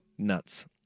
nuts